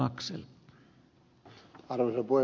arvoisa puhemies